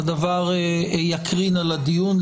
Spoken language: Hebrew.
זה יקרין על הדיון.